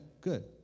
good